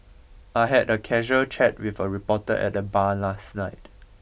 I had a casual chat with a reporter at the bar last night